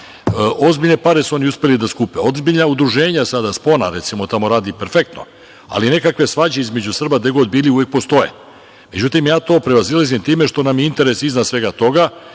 Ozbiljne pare su oni uspeli da skupe, ozbiljna udruženja, sada „Spona“ recimo tamo radi perfektno, ali nekakve svađe između Srba, gde god bili, uvek postoje.Međutim, ja to prevazilazim time što nam je interes iznad svega toga